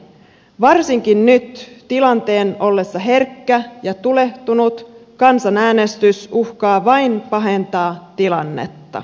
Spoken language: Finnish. varsinkin nyt tilanteen ollessa herkkä ja tulehtunut kansanäänestys uhkaa vain pahentaa tilannetta